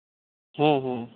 ᱦᱮᱸ ᱦᱮᱸ